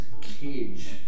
cage